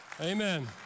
Amen